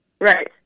Right